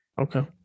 okay